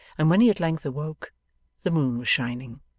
and when he at length awoke the moon was shining.